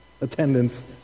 attendance